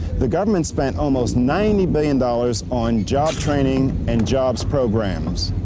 the government spent almost ninety billion dollars on job training and jobs programs.